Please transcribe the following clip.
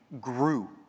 grew